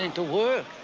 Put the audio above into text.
and to work.